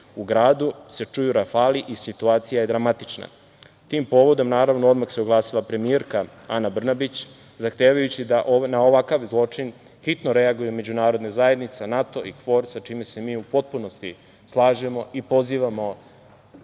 U gradu se čuju rafali i situacija je dramatična. Tim povodom, naravno, odmah se oglasila premijerka Ana Brnabić, zahtevajući da na ovakav zločin hitno reaguju međunarodna zajednica NATO i KFOR sa čime se mi u potpunosti slažemo i pozivamo